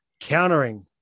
countering